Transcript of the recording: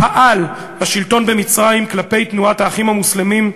פעל, השלטון במצרים כלפי תנועת "האחים המוסלמים",